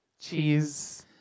Cheese